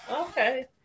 okay